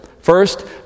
First